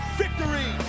victory